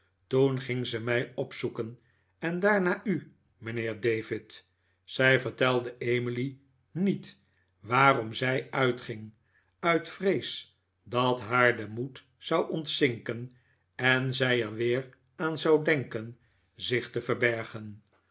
toen ging ze mij opzoeken en daarna u mijnheer david zij vertelde emily niet waarom zij uitging uit vrees dat haar de moed zou ontzinken en zij er weer aan zou denken zich te verbergen